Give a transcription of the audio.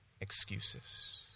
excuses